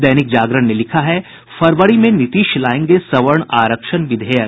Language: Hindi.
दैनिक जागरण ने लिखा है फरवरी में नीतीश लायेंगे सवर्ण आरक्षण विधेयक